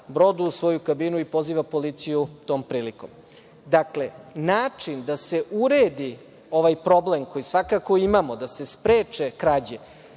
brodu u svoju kabinu i poziva policiju tom prilikom. Dakle, način da se uredi ovaj problem koji svakako imamo, da se spreče krađe